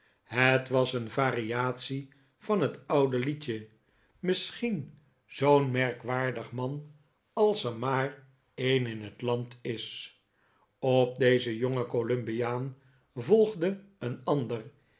het was een variatie van het oude liedje misschien zoo'n merkwaardig man als er maar een in het land is op dezen jongen columbiaan volgde een ander